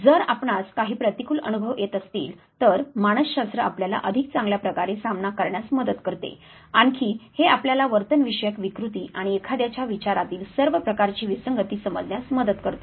जर आपणास काही प्रतिकूल अनुभव येत असतील तर मानसशास्त्र आपल्याला अधिक चांगल्या प्रकारे सामना करण्यास मदत करते आणखी हे आपल्याला वर्तन विषयक विकृतीआणि एखाद्याच्या विचारातील सर्व प्रकारची विसंगती समजण्यास मदत करते